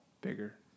bigger